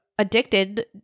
addicted